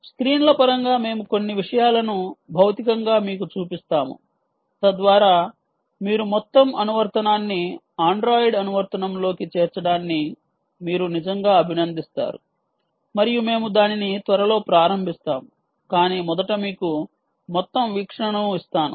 స్క్రీన్ల పరంగా మేము కొన్ని విషయాలను భౌతికంగా మీకు చూపిస్తాము తద్వారా మీరు మొత్తం అనువర్తనాన్ని ఆండ్రాయిడ్ అనువర్తనంలోకి చేర్చడాన్నిమీరు నిజంగా అభినందిస్తారు మరియు మేము దానిని త్వరలో ప్రారంభిస్తాము కాని మొదట మీకు మొత్తం వీక్షణను ఇస్తాను